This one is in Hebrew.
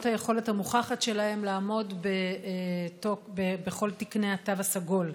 היכולת המוכחת שלהם לעמוד בכל תקני התו הסגול.